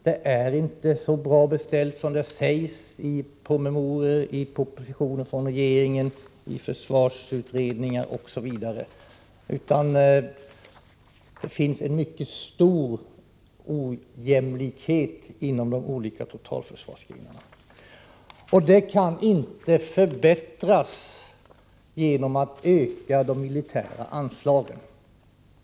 Det är inte så bra beställt som det sägs i promemorior, propositioner från regeringen, försvarsutredningar osv., utan det finns en mycket stor ojämlikhet mellan och inom de olika totalförsvarsgrenarna. Detta förhållande kan inte upphävas genom att man ökar de militära anslagen.